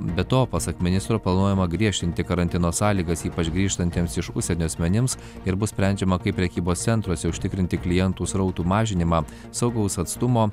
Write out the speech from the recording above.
be to pasak ministro planuojama griežtinti karantino sąlygas ypač grįžtantiems iš užsienio asmenims ir bus sprendžiama kaip prekybos centruose užtikrinti klientų srautų mažinimą saugaus atstumo